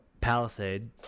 Palisade